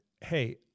hey